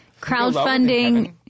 crowdfunding